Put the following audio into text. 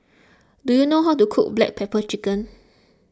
do you know how to cook Black Pepper Chicken